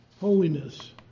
holiness